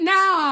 now